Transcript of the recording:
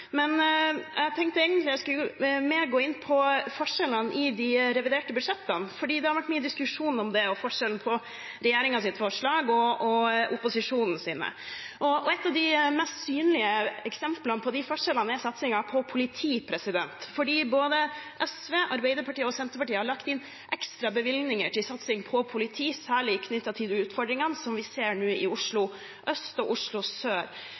Men jeg tenkte egentlig jeg skulle gå mer inn på forskjellene i de reviderte budsjettene, for det har vært mye diskusjon om det – forskjellen på regjeringens forslag og opposisjonens. Et av de mest synlige eksemplene på de forskjellene er satsingen på politi, for både SV, Arbeiderpartiet og Senterpartiet har lagt inn ekstra bevilgninger til satsing på politi, særlig knyttet til de utfordringene vi ser nå i Oslo øst og Oslo sør.